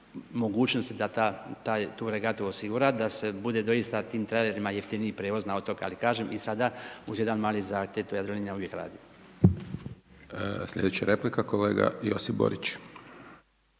mogućnosti da tu regatu osigura, da se bude doista tim trajlerima jeftiniji prijevoz na otoke. Ali, kažem i sada uz jedan mali zahtjev Jadrolinija uvijek radi. **Hajdaš Dončić,